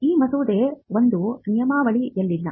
ಈ ಮಸೂದೆ ಒಂದು ನಿಯಮವಾಗಲಿಲ್ಲ